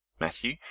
Matthew